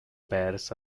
pairs